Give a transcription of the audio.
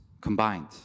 combined